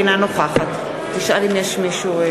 אינה נוכחת רבותי,